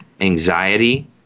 anxiety